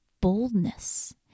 boldness